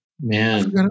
man